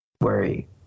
worry